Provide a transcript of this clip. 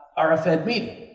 are a fed meeting.